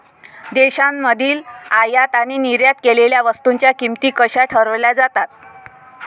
देशांमधील आयात आणि निर्यात केलेल्या वस्तूंच्या किमती कशा ठरवल्या जातात?